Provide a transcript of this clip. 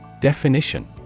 Definition